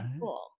cool